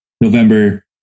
November